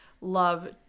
love